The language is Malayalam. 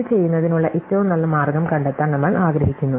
ഇത് ചെയ്യുന്നതിനുള്ള ഏറ്റവും നല്ല മാർഗം കണ്ടെത്താൻ നമ്മൾ ആഗ്രഹിക്കുന്നു